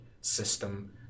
System